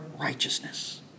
righteousness